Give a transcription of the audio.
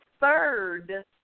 third